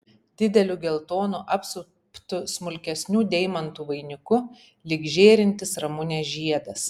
dideliu geltonu apsuptu smulkesnių deimantų vainiku lyg žėrintis ramunės žiedas